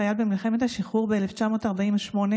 קורן ומשה,